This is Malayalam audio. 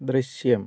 ദൃശ്യം